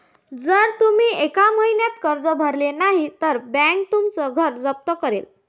जर तुम्ही एका महिन्यात कर्ज भरले नाही तर बँक तुमचं घर जप्त करेल